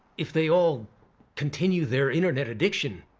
if they all continue their internet addiction,